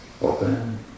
open